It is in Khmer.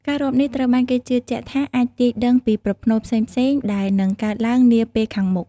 ការរាប់នេះត្រូវបានគេជឿជាក់ថាអាចទាយដឹងពីប្រផ្នូលផ្សេងៗដែលនឹងកើតឡើងនាពេលខាងមុខ។